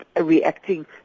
reacting